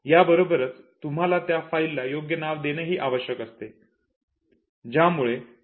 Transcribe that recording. याबरोबरच तुम्हाला त्या फाईलला योग्य नाव देणेही आवश्यक असते